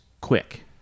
quick